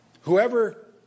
Whoever